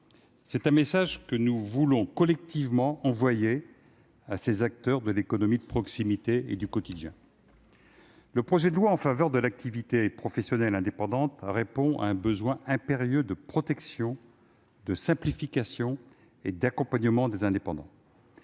C'est un message que nous voulons collectivement envoyer à ces acteurs de l'économie de proximité et du quotidien. Le projet de loi en faveur de l'activité professionnelle indépendante répond à un besoin impérieux de protection, de simplification et d'accompagnement des indépendants.